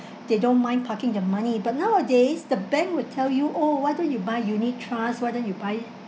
they don't mind parking their money but nowadays the bank will tell you oh why don't you buy unit trust why don't you buy